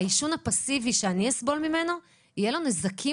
העישון הפאסיבי שאני אסבול ממנו יהיה בעל נזקים